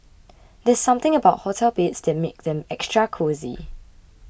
there's something about hotel beds that make them extra cosy